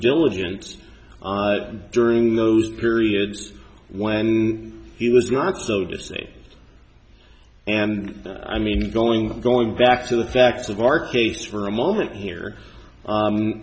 diligence during those periods when he was not so to say and i mean going going back to the facts of our case for a moment here